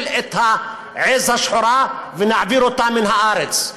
את העז השחורה ונעביר אותה מן הארץ,